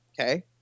okay